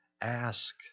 Ask